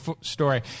story